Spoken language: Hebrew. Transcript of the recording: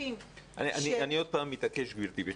אני עוד פעם מתעקש, גבירתי.